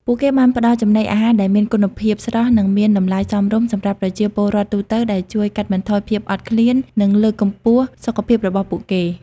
ពួកគេបានផ្តល់ចំណីអាហារដែលមានគុណភាព ស្រស់ និងមានតម្លៃសមរម្យសម្រាប់ប្រជាពលរដ្ឋទូទៅ ដែលជួយកាត់បន្ថយភាពអត់ឃ្លាន និងលើកកម្ពស់សុខភាពរបស់ពួកគេ។